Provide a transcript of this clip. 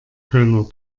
kölner